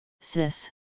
SIS